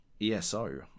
ESO